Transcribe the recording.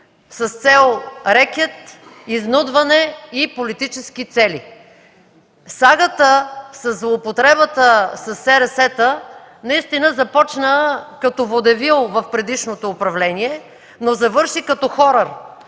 с цел рекет, изнудване и политически цели. Сагата със злоупотреба със СРС наистина започна като водевил в предишното управление, но завърши като хорър